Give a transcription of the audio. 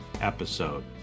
episode